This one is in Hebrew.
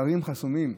השערים חסומים.